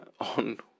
on